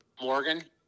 Morgan